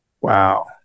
Wow